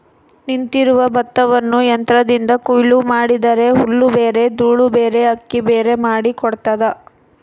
ನಿಂತಿರುವ ಭತ್ತವನ್ನು ಯಂತ್ರದಿಂದ ಕೊಯ್ಲು ಮಾಡಿದರೆ ಹುಲ್ಲುಬೇರೆ ದೂಳುಬೇರೆ ಅಕ್ಕಿಬೇರೆ ಮಾಡಿ ಕೊಡ್ತದ